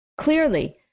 Clearly